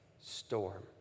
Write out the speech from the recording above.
storm